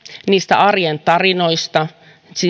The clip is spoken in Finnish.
niistä arjen tarinoista